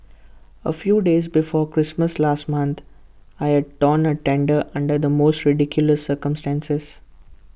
A few days before Christmas last month I had torn A tendon under the most ridiculous circumstances